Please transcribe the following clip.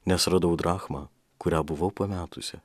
nes radau drachmą kurią buvau pametusi